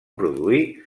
produir